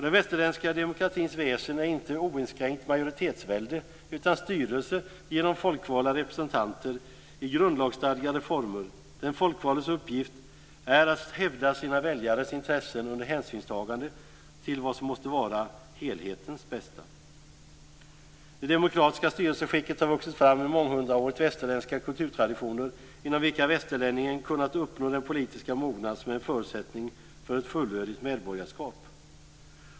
Den västerländska demokratins väsen är inte oinskränkt majoritetsvälde, utan styrelse genom folkvalda representanter i grundlagsstadgade former. Den folkvaldes uppgift är att hävda sina väljares intressen under hänsynstagande till vad som måste vara helhetens bästa. Det demokratiska styrelseskicket har vuxit fram genom våra västerländska kulturtraditioner inom vilka västerlänningen har kunnat uppnå den politiska mognad som är en förutsättning för ett fullödigt medborgarskap.